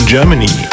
Germany